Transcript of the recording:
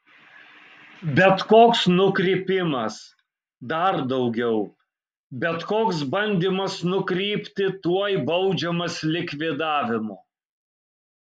bet koks nukrypimas dar daugiau bet koks bandymas nukrypti tuoj baudžiamas likvidavimu